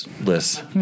List